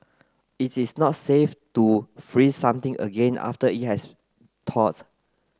it is not safe to freeze something again after it has thawed